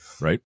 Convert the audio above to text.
right